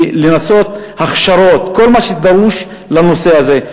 ולנסות הכשרות וכל מה שדרוש לנושא הזה.